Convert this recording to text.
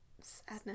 Sadness